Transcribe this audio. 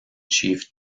chief